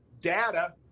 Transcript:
data